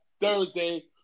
Thursday